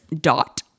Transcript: dot